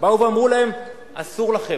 אמרו להם: אסור לכם,